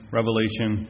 Revelation